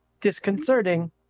disconcerting